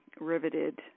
riveted